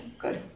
Good